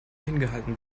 hingehalten